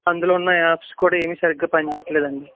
అందులో ఉన్న యాప్స్ కూడా ఏమీ సరిగ్గా పని చేయట్లేదండి